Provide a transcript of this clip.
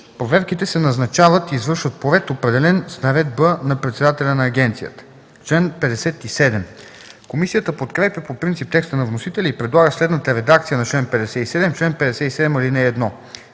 Проверките се назначават и извършват по ред, определен с наредба на председателя на агенцията.” Комисията подкрепя по принцип текста на вносителя и предлага следната редакция на чл. 57: „Чл. 57. (1)